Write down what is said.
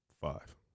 Five